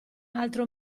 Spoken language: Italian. altro